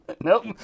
Nope